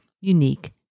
unique